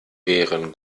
wären